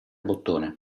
bottone